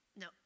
No